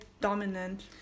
dominant